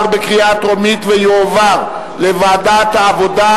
לדיון מוקדם בוועדת העבודה,